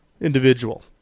individual